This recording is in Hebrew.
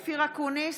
(קוראת בשמות חברי הכנסת) אופיר אקוניס,